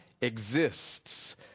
exists